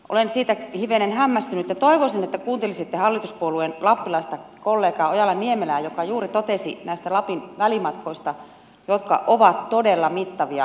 olen siitä hivenen hämmästynyt ja toivoisin että kuuntelisitte hallituspuolueen lappilaista kollegaa ojala niemelää joka juuri totesi näistä lapin välimatkoista jotka ovat todella mittavia